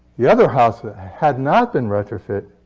the other house that had not been retrofit